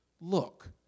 look